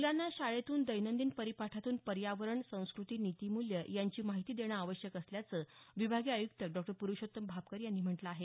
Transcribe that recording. मूलांना शाळेतून दैनंदिन परिपाठातून पर्यावरण संस्कृती नीतिमूल्यं याची माहिती देणं आवश्यक असल्याचं विभागीय आयुक्त डॉ प्रुषोत्तम भापकर यांनी म्हटलं आहे